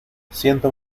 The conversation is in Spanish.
siento